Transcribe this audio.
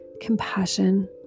compassion